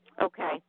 Okay